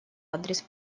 адрес